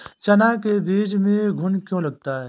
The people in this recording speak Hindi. चना के बीज में घुन क्यो लगता है?